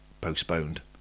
postponed